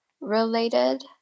related